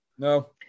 No